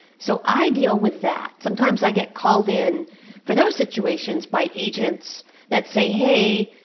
so i deal with that sometimes i get called in for those situations by agents that say, hey,